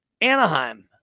Anaheim